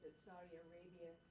saudi arabia